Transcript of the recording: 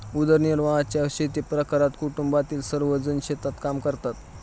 उदरनिर्वाहाच्या शेतीप्रकारात कुटुंबातील सर्वजण शेतात काम करतात